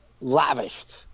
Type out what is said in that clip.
lavished